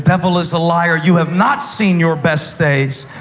devil is a liar. you have not seen your best days.